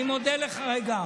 אני מודה גם לך.